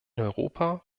europa